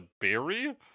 berry